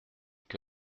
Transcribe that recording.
que